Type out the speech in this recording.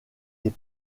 des